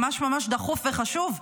ממש ממש דחוף וחשוב.